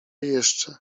jeszcze